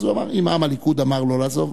אז הוא אמר: אם עם הליכוד אמר לא לעזוב,